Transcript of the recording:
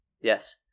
Yes